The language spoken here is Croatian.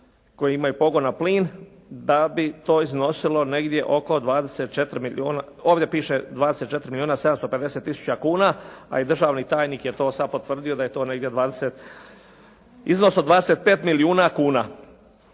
koji imaju pogon na plin, da bi to iznosilo negdje oko 24 milijuna, ovdje piše 24 milijuna 750 tisuća kuna, a i državni tajnik je to sada potvrdio da je to negdje 20, iznos od 25 milijuna kuna.